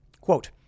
Quote